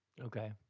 Okay